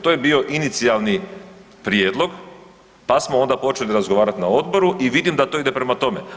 To je bio inicijalni prijedlog, pa smo onda počeli razgovarati na odboru i vidim da to ide prema tome.